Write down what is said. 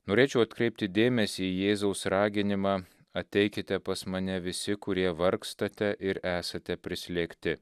norėčiau atkreipti dėmesį į jėzaus raginimą ateikite pas mane visi kurie vargstate ir esate prislėgti